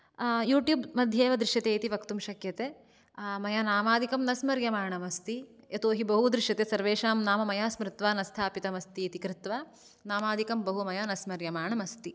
YouTube मध्ये एव दृश्यते इति वक्तुं शक्यते मया नामादिकं न स्मर्यमाणम् अस्ति यतोऽहि बहु दृश्यते सर्वेषां नाम मया स्मृत्वा न स्थापितम् अस्ति इति कृत्वा नामादिकं बहु मया न स्मर्यमाणम् अस्ति